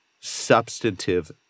substantive